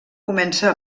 comença